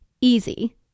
easy